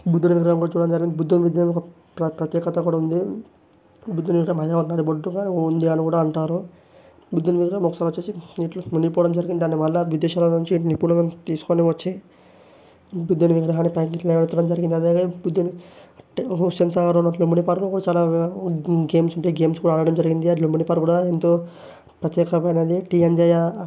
బుద్ధిని విగ్రహం కూడా చూడడం జరిగింది బుద్ధుని ఒక ప్ర ప్రత్యేకత కూడా ఉంది బుద్ధిని విగ్రహం నది ఒడ్డున కూడా ఉంది అని కూడా అంటారు బుద్ధిని విగ్రహం ఒకసారి వచ్చి నీటిలో మునిగిపోవడం జరిగింది దానివల్ల బుద్ధసాల నుంచి నిపుణులను తీసుకొని వచ్చి బుద్ధుని విగ్రహం పైకి లేపడం జరిగింది అలాగే బుద్ధుడు హుస్సేన్ సాగర్ ఏమంటే లుంబిని పార్క్ కూడా చాలా గేమ్స్ ఉంటాయి గేమ్స్ కూడా ఆడడం జరిగింది ఆ లుంబిని పార్క్ కూడా ఎంతో